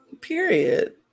Period